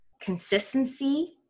consistency